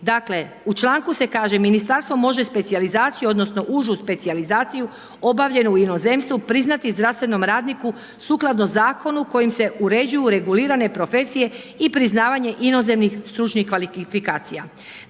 Dakle, u članku se kaže, Ministarstvo može specijalizaciju odnosno užu specijalizaciju obavljenu u inozemstvu priznati zdravstvenom radniku sukladno zakonu kojim se uređuju regulirane profesije i priznavanje inozemnih stručnih kvalifikacija.